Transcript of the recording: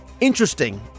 interesting